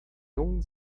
jungen